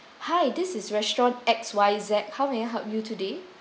hi this is restaurant X Y Z how may I help you today